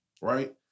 right